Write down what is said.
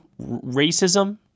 racism